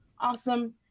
awesome